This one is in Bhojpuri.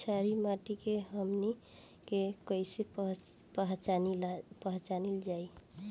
छारी माटी के हमनी के कैसे पहिचनल जाइ?